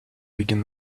begin